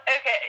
Okay